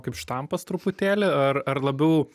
kaip štampas truputėlį ar ar labiau